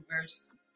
verse